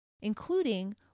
including